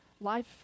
Life